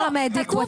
פרמדיק -- לא,